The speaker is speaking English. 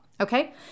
Okay